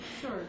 Sure